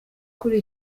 kuri